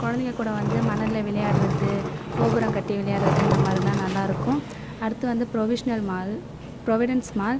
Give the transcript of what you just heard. குழந்தைங்க கூட வந்து மணலில் விளையாடறது கோபுரம் கட்டி விளையாடறது இந்த மாதிரிலாம் நல்லா இருக்கும் அடுத்து வந்து ப்ரொவிஷனல் மால் ப்ரொவிடன்ஸ் மால்